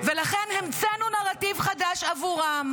לכן המצאנו נרטיב חדש עבורם,